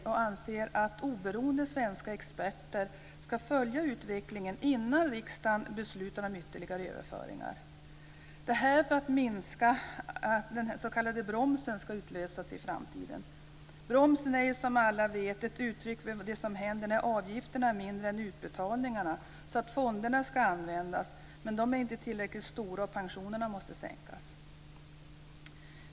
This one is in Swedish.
Vänsterpartiet anser att oberoende svenska experter ska följa utvecklingen innan riksdagen beslutar om ytterligare överföringar; detta för att minska risken att den s.k. bromsen ska utlösas i framtiden. Bromsen är, som alla vet, en benämning på det som händer när avgifterna blir mindre än utbetalningarna. Då ska fonderna användas, men om dessa inte är tillräckligt stora måste pensionerna sänkas.